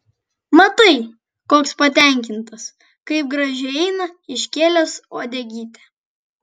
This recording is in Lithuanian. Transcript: matai koks patenkintas kaip gražiai eina iškėlęs uodegytę